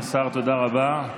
כבוד השר, תודה רבה.